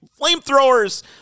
flamethrowers